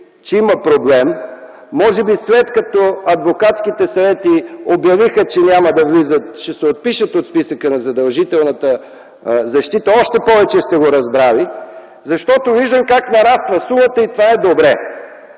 че има проблем, може би след като адвокатските съвети обявиха, че ще се отпишат от списъка на задължителната защита, още повече сте го разбрали, защото виждам как нараства сумата и това е добре.